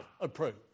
approve